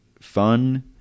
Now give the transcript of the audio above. fun